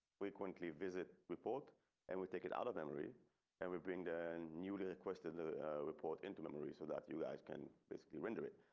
frequently visit report and we take it out of memory and we bring the and newly requested the report into memory so that you guys can basically render it.